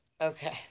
Okay